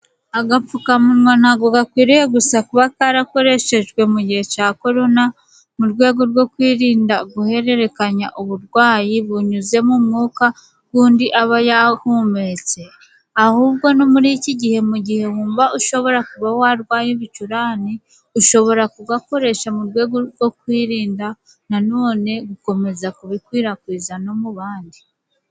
Agapfukamunwa ntago gakwiriye gusa kuba karakoreshejwe mu gihe ca korona mu rwego rwo kwirinda guhererekanya uburwayi bunyuze mu mwuka g'undi aba yahumetse, ahubwo no muri iki gihe mu gihe wumva ushobora kuba warwaye ibicurane, ushobora kugakoresha mu rwego rwo kwirinda nanone gukomeza kubikwirakwiza no mu bandi.